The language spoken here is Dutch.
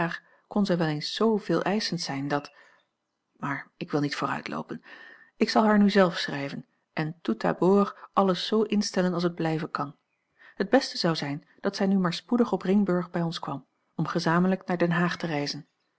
zij wel eens z veeleischend zijn dat maar ik wil niet vooruitloopen ik zal haar nu zelf schrijven en tout d'abord alles z instellen als het blijven kan het beste zou zijn dat zij nu maar spoedig op ringburg bij ons kwam om gezamenlijk naar den haag te reizen